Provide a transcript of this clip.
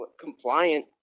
compliant